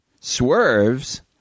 Swerves